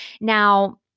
Now